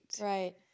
right